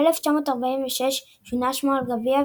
ב-1946 שונה שמו של הגביע,